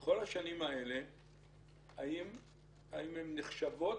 כל השנים הקפואות האלה, האם הן נחשבות